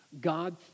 God